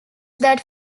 that